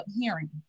hearing